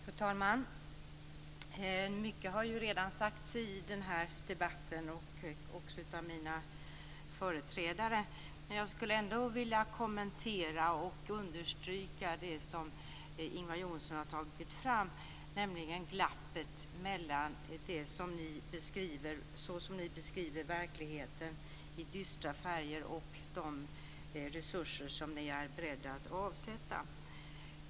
Fru talman! Mycket har redan sagts i debatten, också av mitt partis företrädare. Jag skulle ändå vilja kommentera och understryka det som Ingvar Johnsson tog upp, nämligen glappet mellan hur ni i dystra färger beskriver verkligheten och de resurser som ni är beredda att avsätta.